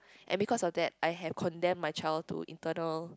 and because of that I've condemn my child to internal